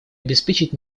обеспечить